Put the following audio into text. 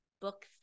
book